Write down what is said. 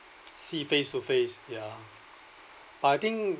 see face to face ya but I think